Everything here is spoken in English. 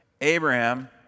Abraham